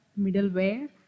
middleware